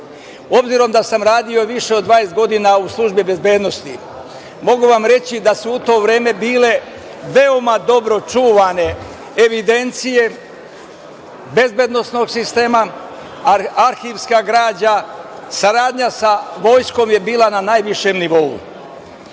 Srbije. Obzirom da sam radio više od 20 godina u službi bezbednosti mogu vam reći da su u to vreme bile veoma dobro čuvane evidencije bezbednosnog sistema, arhivska građa, saradnja sa Vojskom je bila na najvišem nivou. Što